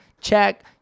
Check